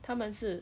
他们是